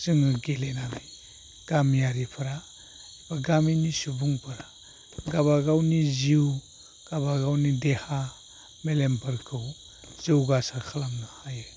जोङो गेलेनानै गामियारिफोरा गामिनि सुबुंफोरा गाबागावनि जिउ गावबागावनि देहा मेलेमफोरखौ जौगासार खालामनो हायो